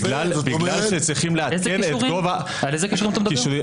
בגלל שצריכים לעדכן את גובה --- על איזה קישורים אתה מדבר?